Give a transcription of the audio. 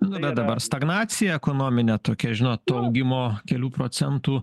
nu bet dabar stagnacija ekonominė tokia žinot to augimo kelių procentų